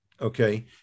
okay